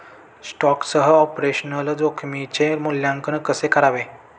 स्टॉकसह ऑपरेशनल जोखमीचे मूल्यांकन कसे करावे?